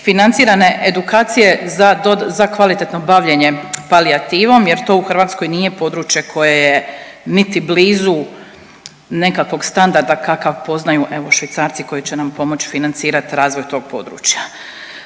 financirane edukacije za kvalitetno bavljenje palijativom jer to u Hrvatskoj nije područje koje je niti blizu nekakvog standarda kakav poznaju evo Švicarci koji će nam pomoć financirat razvoj tog područja.